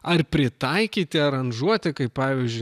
ar pritaikyti aranžuoti kaip pavyzdžiui